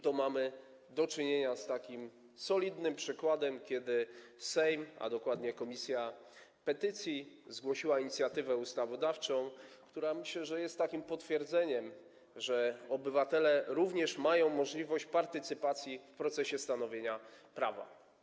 Tu mamy do czynienia z takim solidnym przykładem, kiedy Sejm, a dokładnie Komisja do Spraw Petycji zgłosiła inicjatywę ustawodawczą, która - jak myślę - jest takim potwierdzeniem, że obywatele również mają możliwość partycypacji w procesie stanowienia prawa.